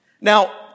Now